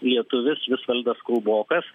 lietuvis visvaldas kulbokas